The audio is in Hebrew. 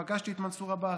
פגשתי את מנסור עבאס,